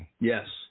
Yes